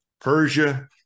Persia